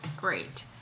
great